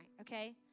okay